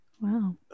wow